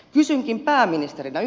kysynkin pääministeriltä